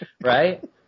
right